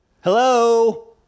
hello